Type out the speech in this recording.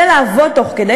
ולעבוד תוך כדי,